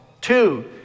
Two